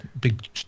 big